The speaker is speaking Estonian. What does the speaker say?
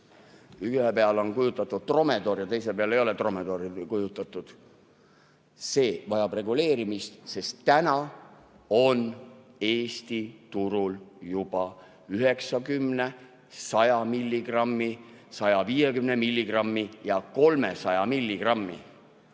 Ühe peal on kujutatud dromedar ja teise peal ei ole dromedari kujutatud. See vajab reguleerimist, sest täna on Eesti turul juba 90, 100, 150 ja 300 milligrammi